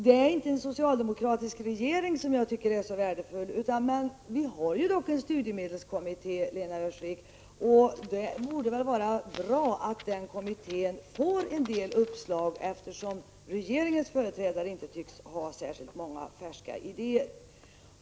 Det är inte en socialdemokratisk regering som jag tycker är så värdefull, men vi har ju en studiemedelskommitté, Lena Öhrsvik. Det borde vara bra att den kommittén får en del uppslag, eftersom regeringens företrädare inte tycks ha särskilt många färska ideér.